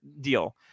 deal